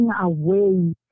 away